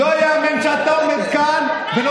לא ייאמן שאתה עומד כאן, אני מציע לך לא להתאפק.